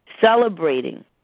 celebrating